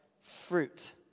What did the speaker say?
fruit